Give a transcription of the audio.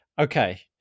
Okay